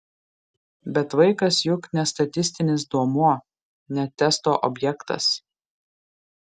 bet vaikas juk ne statistinis duomuo ne testo objektas